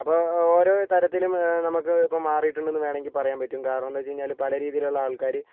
അപ്പോൾ ഓരോ തരത്തിലും നമുക്ക് ഇപ്പോൾ മാറിയിട്ടുണ്ടെന്ന് വേണമെങ്കിൽ പറയാൻ പറ്റും കാരണമെന്തെന്ന് വച്ച് കഴിഞ്ഞാൽ പല രീതിയിലുള്ള ആൾക്കാർ